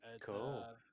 Cool